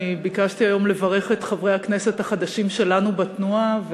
אני ביקשתי היום לברך את חברי הכנסת החדשים שלנו בתנועה,